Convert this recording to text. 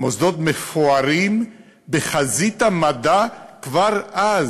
מוסדות מפוארים בחזית המדע, כבר אז,